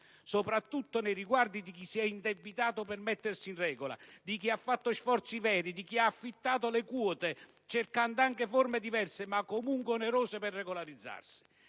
soprattutto nei riguardi di chi si è indebitato per mettersi in regola, di chi ha fatto sforzi veri, di chi ha affittato le quote, cercando anche forme diverse, ma comunque onerose, per regolarizzarsi.